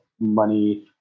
money